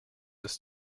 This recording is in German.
ist